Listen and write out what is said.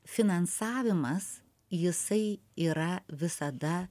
finansavimas jisai yra visada